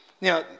now